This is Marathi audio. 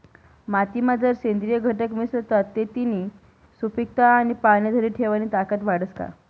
मातीमा जर सेंद्रिय घटक मिसळतात ते तिनी सुपीकता आणि पाणी धरी ठेवानी ताकद वाढस का?